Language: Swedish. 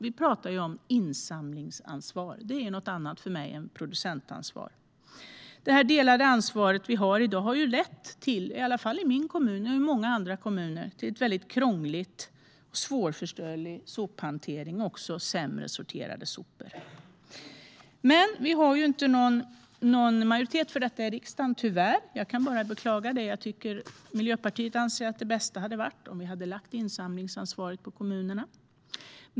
Vi talar ju om insamlingsansvar; det är för mig något annat än producentansvar. Det delade ansvar vi har i dag har, i alla fall i min kommun och i många andra kommuner, lett till en väldigt krånglig och svårförståelig sophantering och också till sämre sorterade sopor. Men tyvärr har vi inte någon majoritet i riksdagen för detta. Jag kan bara beklaga det; Miljöpartiet anser att det bästa hade varit om vi hade lagt insamlingsansvaret på kommunerna.